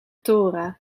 thora